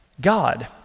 God